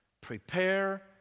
prepare